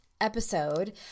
episode